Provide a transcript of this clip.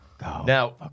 Now